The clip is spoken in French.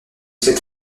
cette